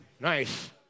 Nice